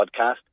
podcast